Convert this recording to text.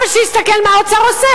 אבל שיסתכל מה האוצר עושה,